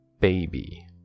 Baby